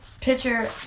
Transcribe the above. picture